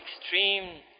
extreme